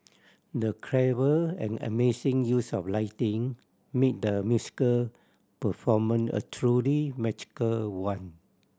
the clever and amazing use of lighting made the musical performance a truly magical one